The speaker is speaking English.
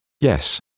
yes